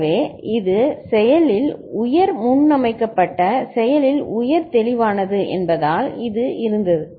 எனவே இது செயலில் உயர் முன்னமைக்கப்பட்ட செயலில் உயர் தெளிவானது என்பதால் இது இருந்தது